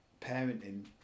parenting